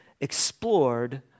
explored